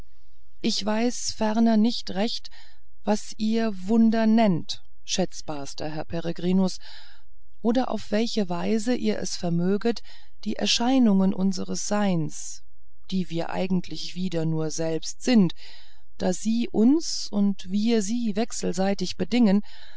ich weiß ferner nicht recht was ihr wunder nennt schätzbarster herr peregrinus oder auf welche weise ihr es vermöget die erscheinungen unseres seins die wir eigentlich wieder nur selbst sind da sie uns und wir sie wechselseitig bedingen